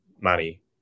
money